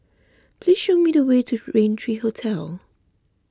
please show me the way to Raintr Hotel